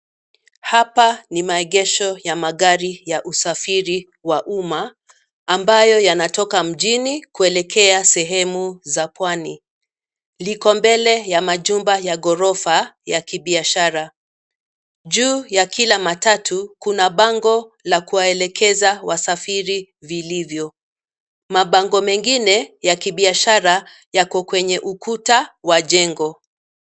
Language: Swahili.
Hapa ni maegesho ya magari ya usafiri wa umma, ambayo yanatoka mjini, Kuelekea sehemu za pwani. Liko mbele ya majumba ya ghorofa ya kibiashara. Juu ya kila matatu, kuna bango la kuwaelekeza wasafiri vilivyo. Mabango mengine ya kibiashara yako kwenye ukuta wa jengo.